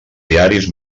diaris